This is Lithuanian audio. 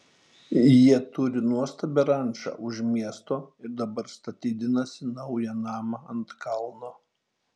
jie turi nuostabią rančą už miesto ir dabar statydinasi naują namą ant kalno